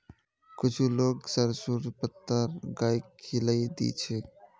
कुछू लोग सरसोंर पत्ता गाइक खिलइ दी छेक